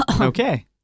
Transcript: Okay